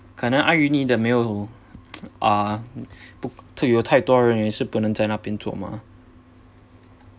可能的没有啊有有太多人也是不用在那边做嘛